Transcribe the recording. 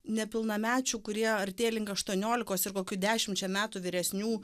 nepilnamečių kurie artėja link aštuoniolikos ir kokių dešimčia metų vyresnių